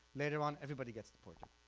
later on everybody gets deported.